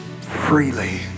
freely